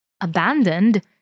abandoned